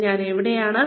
ഇന്ന് ഞാൻ എവിടെയാണ്